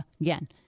again